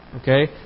Okay